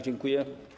Dziękuję.